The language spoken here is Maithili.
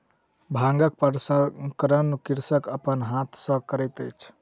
भांगक प्रसंस्करण कृषक अपन हाथ सॅ करैत अछि